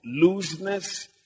looseness